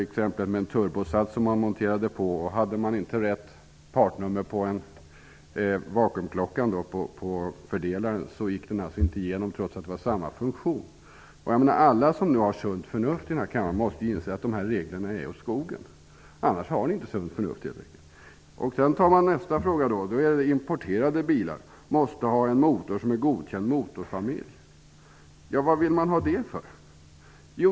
Exemplet avsåg en påmonterad turbosats. Om man inte hade rätt partnummer på en vakuumklocka i fördelaren godkändes inte bilen vid besiktningen, trots att funktionen var densamma. Alla i denna kammaren som har sunt förnuft måste ju inse att dessa regler är åt skogen, annars har man helt enkelt inte sunt förnuft. Nästa fråga gäller importerade bilar som måste ha en motor som är av godkänd motorfamilj. Varför vill man ha det?